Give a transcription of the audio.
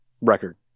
record